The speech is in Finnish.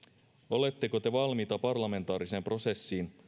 oletteko te valmiita parlamentaariseen prosessiin